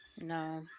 No